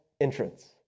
entrance